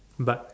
but